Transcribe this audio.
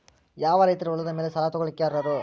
ಯಾವ ರೈತರು ಹೊಲದ ಮೇಲೆ ಸಾಲ ತಗೊಳ್ಳೋಕೆ ಅರ್ಹರು?